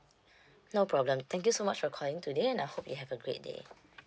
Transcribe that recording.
no problem thank you so much for calling today and I hope you have a great day